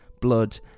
blood